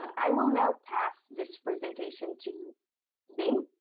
um i will now pass this presentation to bing,